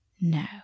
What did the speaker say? No